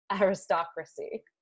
aristocracy